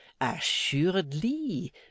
Assuredly